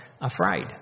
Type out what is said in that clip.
afraid